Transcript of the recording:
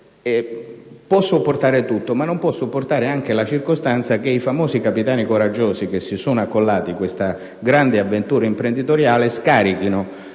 può sopportare tutto, ma non può sopportare anche la circostanza che i famosi capitani coraggiosi che si sono accollati questa grande avventura imprenditoriale scarichino